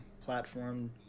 platform